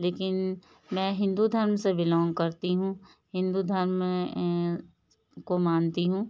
लेकिन मैं हिंदू धर्म से बिलॉन्ग करती हूँ हिंदू धर्म में को मानती हूँ